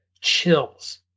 chills